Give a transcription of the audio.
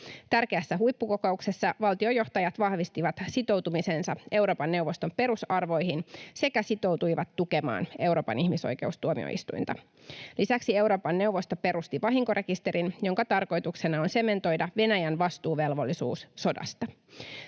Tärkeässä huippukokouksessa valtiojohtajat vahvistivat sitoutumisensa Euroopan neuvoston perusarvoihin sekä sitoutuivat tukemaan Euroopan ihmisoikeustuomioistuinta. Lisäksi Euroopan neuvosto perusti vahinkorekisterin, jonka tarkoituksena on sementoida Venäjän vastuuvelvollisuus sodasta.